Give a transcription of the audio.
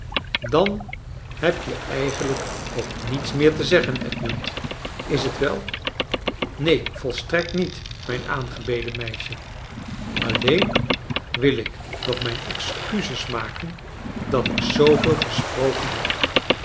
dan heb je eigenlijk ook niets meer te zeggen edmund is t wel neen volstrekt niet mijn aangebeden meisje alleen wil ik nogmijn excuses maken dat ik zooveel gesproken heb